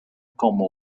como